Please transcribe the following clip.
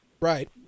Right